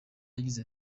yagize